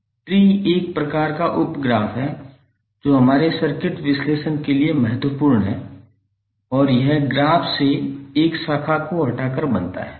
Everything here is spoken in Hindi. ट्री एक प्रकार का उप ग्राफ है जो हमारे सर्किट विश्लेषण के लिए महत्वपूर्ण है और यह ग्राफ से एक शाखा को हटाकर बनता है